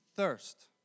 Thirst